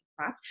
right